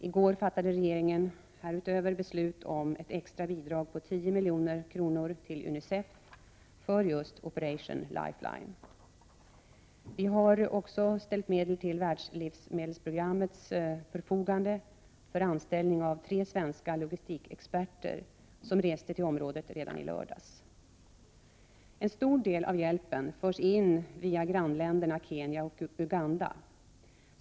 I går fattade regeringen härutöver beslut om ett extra bidrag på 10 milj.kr. till UNICEF för just Operation Lifeline. Vi har också ställt medel till världslivsmedelsprogrammets förfogande för anställning av tre svenska logistikexperter, som reste till området redan i lördags. En stor del av hjälpen förs in via grannländerna Kenya och Uganda.